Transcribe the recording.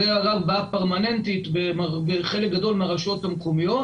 זאת בעיה פרמננטית בחלק גדול מהרשויות המקומיות,